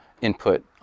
input